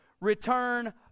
return